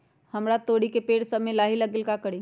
हमरा तोरी के पेड़ में लाही लग गेल है का करी?